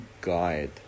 guide